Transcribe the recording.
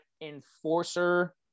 enforcer